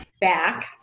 back